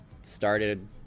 started